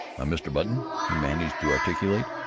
i'm mr. button, he managed to articulate.